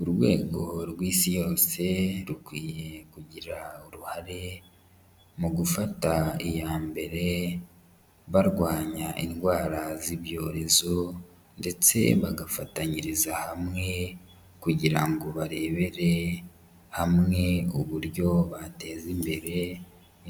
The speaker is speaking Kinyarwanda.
Urwego rw'isi yose rukwiye kugira uruhare mu gufata iya mbere, barwanya indwara z'ibyorezo ndetse bagafatanyiriza hamwe kugira ngo barebere hamwe uburyo bateza imbere